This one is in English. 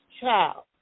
child